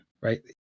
right